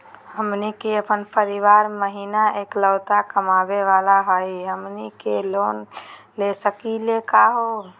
हमनी के अपन परीवार महिना एकलौता कमावे वाला हई, हमनी के लोन ले सकली का हो?